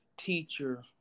Teacher